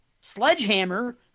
Sledgehammer